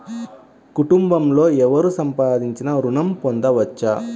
కుటుంబంలో ఎవరు సంపాదించినా ఋణం పొందవచ్చా?